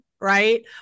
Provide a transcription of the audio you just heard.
right